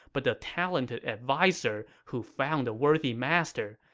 but the talented adviser who found a worthy master,